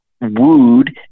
wooed